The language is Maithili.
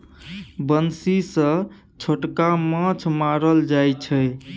बंसी सँ छोटका माछ मारल जाइ छै